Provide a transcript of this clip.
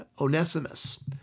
Onesimus